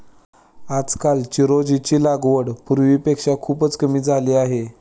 आजकाल चिरोंजीची लागवड पूर्वीपेक्षा खूपच कमी झाली आहे